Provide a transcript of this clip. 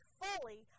fully